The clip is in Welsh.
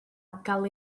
cael